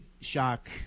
shock